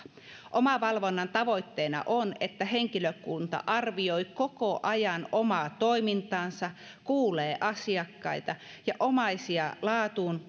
omavalvonnan tavoitteena on että henkilökunta arvioi koko ajan omaa toimintaansa kuulee asiakkaita ja omaisia laatuun